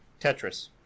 Tetris